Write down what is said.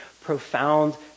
profound